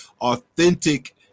authentic